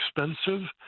expensive